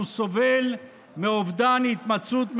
והוא סובל מאובדן התמצאות מרחבית,